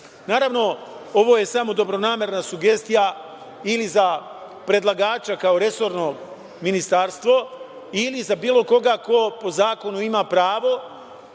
izvršeno. Naravno, ovo je samo dobronamerna sugestija ili za predlagača, kao resorno ministarstvom ili za bilo koga ko po zakonu ima pravo,